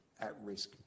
at-risk